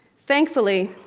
thankfully,